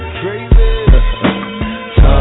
crazy